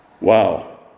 Wow